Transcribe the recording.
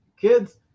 kids